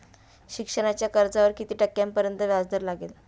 शिक्षणाच्या कर्जावर किती टक्क्यांपर्यंत व्याजदर लागेल?